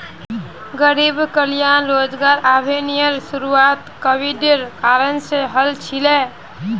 गरीब कल्याण रोजगार अभियानेर शुरुआत कोविडेर कारण से हल छिले